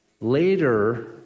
later